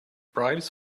bribes